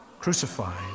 crucified